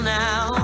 now